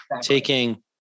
taking